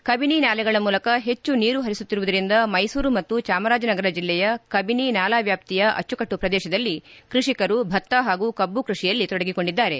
ಕಬಿನಿ ನಾಲೆಗಳ ಮೂಲಕ ಹೆಚ್ಚು ನೀರು ಹರಿಸುತ್ತಿರುವುದರಿಂದ ಮೈಸೂರು ಮತ್ತು ಚಾಮರಾಜನಗರ ಜಿಲ್ಲೆಯ ಕಬಿನಿ ನಾಲಾ ವ್ಯಾಪ್ತಿಯ ಅಚ್ಚುಕಟ್ಟು ಪ್ರದೇಶದಲ್ಲಿ ಕೃಷಿಕರು ಭತ್ತ ಹಾಗೂ ಕಬ್ಬು ಕೃಷಿಯಲ್ಲಿ ತೊಡಗಿಕೊಂಡಿದ್ದಾರೆ